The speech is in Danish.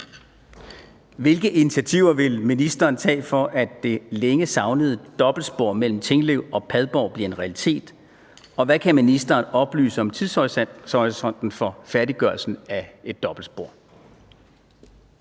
Hvilke initiativer vil ministeren tage, for at det længe savnede dobbeltspor mellem Tinglev og Padborg bliver en realitet, og hvad kan ministeren oplyse om tidshorisonten for færdiggørelsen af dobbeltsporet?